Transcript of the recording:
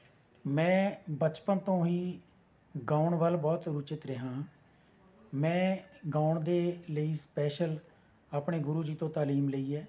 ਮੈਂ ਬਚਪਨ ਤੋਂ ਹੀ ਗਾਉਣ ਵੱਲ ਬਹੁਤ ਰੁਚਿਤ ਰਿਹਾ ਹਾਂ ਮੈਂ ਗਾਉਣ ਦੇ ਲਈ ਸਪੈਸ਼ਲ ਆਪਣੇ ਗੁਰੂ ਜੀ ਤੋਂ ਤਾਲੀਮ ਲਈ ਹੈ